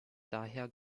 daher